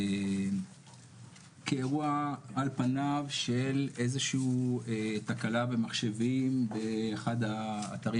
כאירוע על פניו של איזושהי תקלה במחשבים באחד האתרים